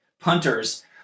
punters